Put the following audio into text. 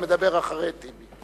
המדבר אחרי טיבי.